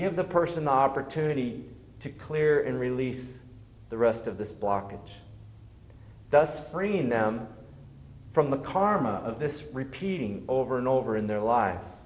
give the person the opportunity to clear in release the rest of this blockage thus freeing them from the karma of this repeating over and over in their li